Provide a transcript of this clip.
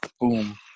Boom